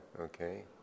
Okay